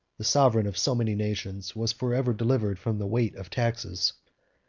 the sovereign of so many nations, was forever delivered from the weight of taxes.